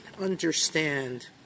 understand